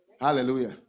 Hallelujah